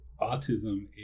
autism